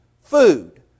food